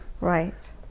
right